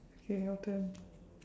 okay your turn